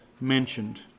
mentioned